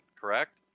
correct